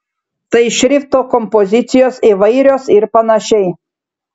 tai šrifto kompozicijos įvairios ir panašiai